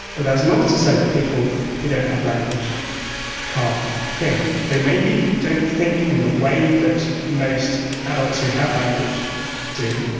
but that's not to say that people who don't have language can't think. they maybe don't think in the way that most adults who have language do.